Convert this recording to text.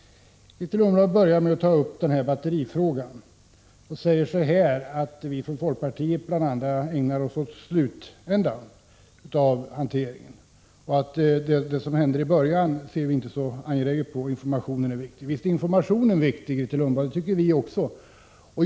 Grethe Lundblad började med att ta upp batterifrågan. Hon sade bl.a. att vi från folkpartiet ägnar oss åt slutändan av hanteringen och inte ser det som händer i början av den som så angeläget. Hon pekade bl.a. på att informationen är viktig. Visst är den viktig, Grethe Lundblad. Det tycker också vi.